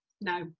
no